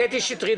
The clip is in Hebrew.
קטי שטרית.